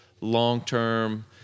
long-term